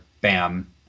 Bam